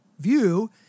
View